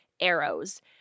ARROWS